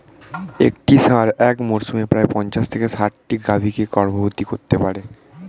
একটি ষাঁড় এক মরসুমে প্রায় পঞ্চাশ থেকে ষাটটি গাভী কে গর্ভবতী করতে পারে